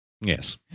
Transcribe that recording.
Yes